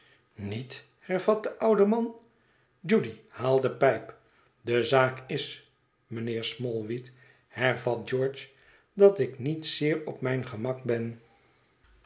niet hervat de oude man judy haal de pijp de zaak is mijnheer smallweed hervat george dat ik niet zeer op mijn gemak ben